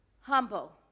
humble